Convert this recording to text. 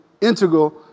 integral